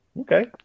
Okay